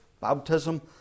baptism